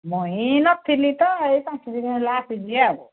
ମୁଁ ନ ଥିଲି ତ ଏଇ ପାଞ୍ଚ ଦିନ ହେଲା ଆସିଛି ଆଉ